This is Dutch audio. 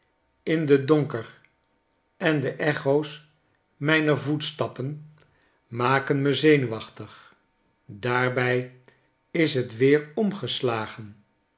in den donker en de echo's mijner voetstappen maken me zenuwachtig daarbij is het weer omgeslagen